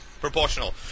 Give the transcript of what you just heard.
proportional